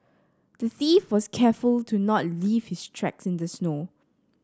the thief was careful to not leave his tracks in the snow